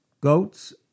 goats